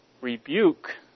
rebuke